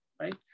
right